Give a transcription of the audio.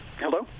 hello